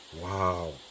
Wow